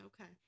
Okay